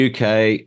UK